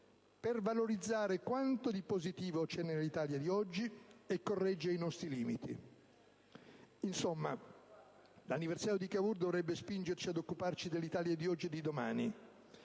per valorizzare quanto di positivo c'è nell'Italia di oggi e correggere i nostri limiti. Insomma, l'anniversario di Cavour dovrebbe spingerci ad occuparci dell'Italia di oggi e di domani,